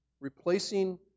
Replacing